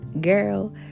girl